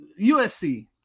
USC